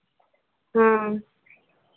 ᱦᱮᱸ